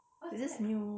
there's this new